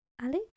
alex